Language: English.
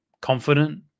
confident